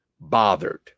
bothered